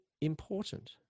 important